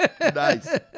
Nice